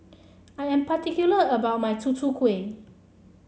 I am particular about my Tutu Kueh